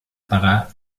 pagar